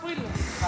תספרי לו.